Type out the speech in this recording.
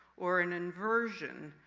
or an inversion,